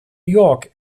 york